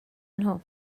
nhw